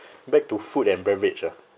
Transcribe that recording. back to food and beverage ah